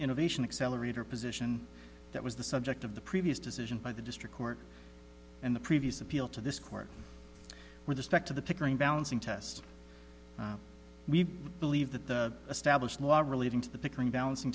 innovation accelerator position that was the subject of the previous decision by the district court and the previous appeal to this court where the spec to the pickering balancing test we believe that the established law relating to the pickering balancing